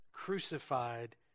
crucified